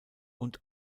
und